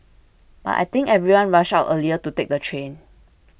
but I think everyone rushed out earlier to take the train